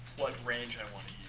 what range i want to